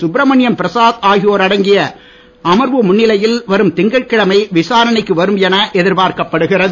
சுப்ரமணியம் பிரசாத் ஆகியோர் அடங்கிய அமர்வு முன்னிலையில் வரும் திங்கட்கிழமை விசாரணைக்கு வரும் என எதிர்பார்க்கப் படுகிறது